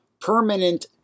permanent